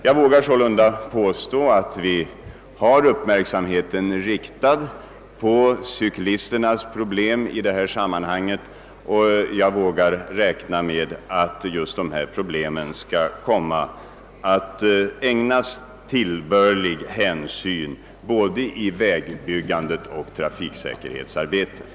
Jag vågar sålunda påstå att vi har uppmärksamheten riktad på cyklisternas problem i detta sammanhang. Jag räknar med att de skall komma att ägnas tillbörlig hänsyn i både vägbyggandet och trafiksäkerhetsarbetet.